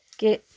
कि